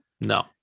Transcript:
No